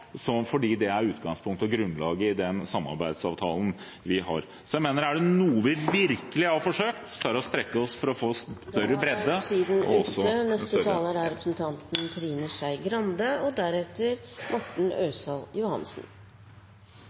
det er utgangspunktet og grunnlaget for den samarbeidsavtalen vi har. Jeg mener at er det noe vi virkelig har forsøkt, er det å strekke oss for å få en stor bredde.